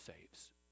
saves